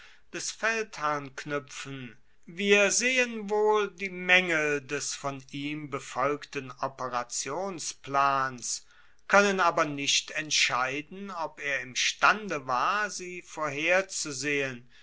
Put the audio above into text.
des feldherrn knuepfen wir sehen wohl die maengel des von ihm befolgten operationsplans koennen aber nicht entscheiden ob er imstande war sie vorherzusehen